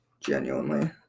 Genuinely